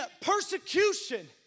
persecution